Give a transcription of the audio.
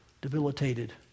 debilitated